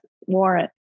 warrant